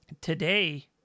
today